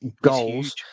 goals